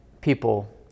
people